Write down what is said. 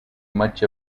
much